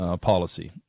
Policy